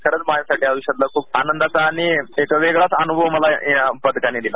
खरच माझ्यासाठी आयुष्यात खूप आनंदाचा आणि एक वेगळाच अनुभव मला या पदकानी दिला